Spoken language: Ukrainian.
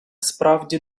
справді